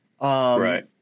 Right